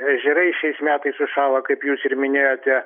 ežerai šiais metais užšalo kaip jūs ir minėjote